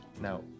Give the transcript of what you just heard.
Now